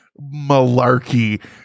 Malarkey